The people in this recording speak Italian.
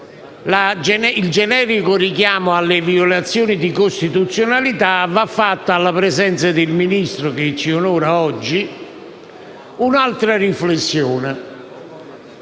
il generico richiamo alle violazioni di costituzionalità, va fatta, alla presenza del Ministro che ci onora oggi, un'altra riflessione.